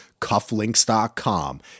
CuffLinks.com